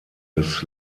des